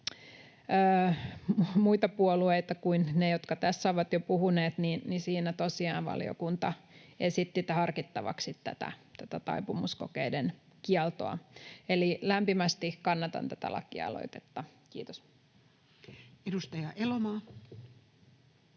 muita puolueita kuin ne, jotka tässä ovat jo puhuneet, valiokunta esitti harkittavaksi tätä taipumuskokeiden kieltoa. Eli lämpimästi kannatan tätä lakialoitetta. — Kiitos. Edustaja Elomaa.